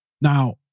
now